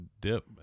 dip